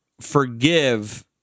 forgive